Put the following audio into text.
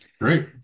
Great